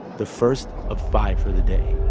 the first of five for the day